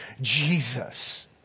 Jesus